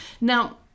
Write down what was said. Now